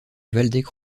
waldeck